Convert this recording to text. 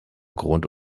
grunde